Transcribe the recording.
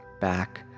back